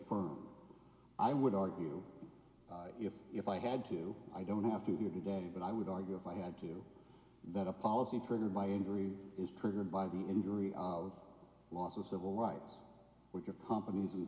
firmed i would argue if if i had to i don't have to here today but i would argue if i had to do that a policy triggered by injury is triggered by the injury of loss of civil rights which of companies and